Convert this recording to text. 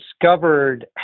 discovered